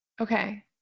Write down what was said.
Okay